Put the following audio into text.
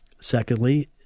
Secondly